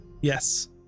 Yes